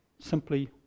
Simply